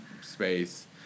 space